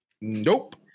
Nope